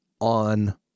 on